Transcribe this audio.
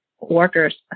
workers